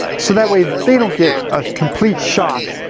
so that way, they don't get a complete shock,